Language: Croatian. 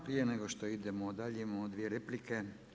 Prije nego što idemo dalje, imamo dvije replike.